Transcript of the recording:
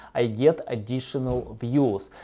i get additional views.